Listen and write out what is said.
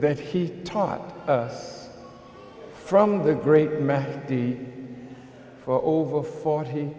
that he taught us from the great man for over forty